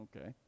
okay